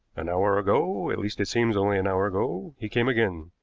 an hour ago, at least it seems only an hour ago, he came again.